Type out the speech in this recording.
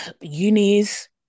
unis